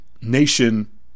nation